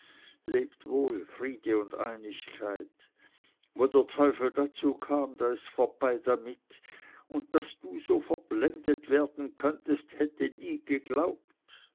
lebt wohl friede und einigkeit wo der teufel dazu kann da ists vorbei damit und daß du so verblendet werden könntest hätte ich nie geglaubt